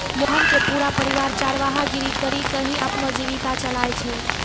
मोहन के पूरा परिवार चरवाहा गिरी करीकॅ ही अपनो जीविका चलाय छै